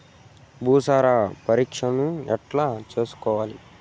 భూసార పరీక్షను ఎట్లా చేసుకోవాలి?